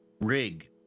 rig